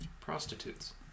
prostitutes